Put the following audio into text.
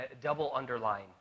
double-underline